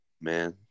man